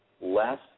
less